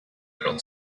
girl